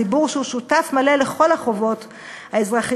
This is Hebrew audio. ציבור שהוא שותף מלא לכל החובות האזרחיות,